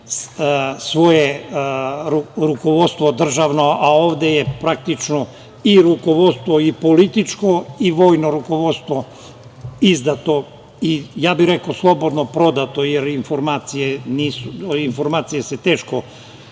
svoje rukovodstvo državno, a ovde je praktično i rukovodstvo i političko i vojno rukovodstvo izdato i ja bih rekao slobodno, prodato, jer informacije teško